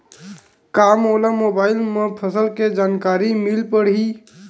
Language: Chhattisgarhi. का मोला मोबाइल म फसल के जानकारी मिल पढ़ही?